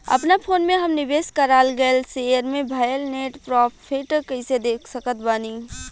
अपना फोन मे हम निवेश कराल गएल शेयर मे भएल नेट प्रॉफ़िट कइसे देख सकत बानी?